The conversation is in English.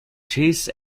chase